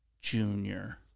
junior